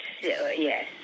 yes